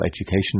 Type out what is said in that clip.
education